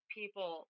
people